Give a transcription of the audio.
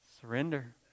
surrender